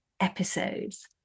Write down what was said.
episodes